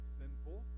sinful